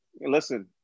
listen